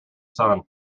son